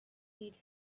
peach